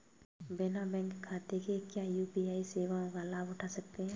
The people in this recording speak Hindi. बिना बैंक खाते के क्या यू.पी.आई सेवाओं का लाभ उठा सकते हैं?